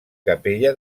capella